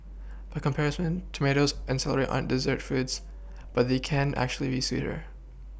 by comparison tomatoes and celery aren't dessert foods but they can actually be sweeter